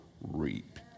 reap